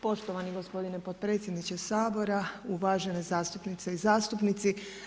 Poštovani gospodine potpredsjedniče Sabora, uvažene zastupnice i zastupnici.